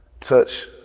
touch